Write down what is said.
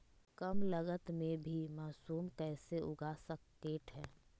कम लगत मे भी मासूम कैसे उगा स्केट है?